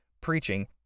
preaching